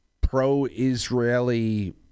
pro-Israeli